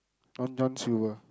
Long-John-Silvers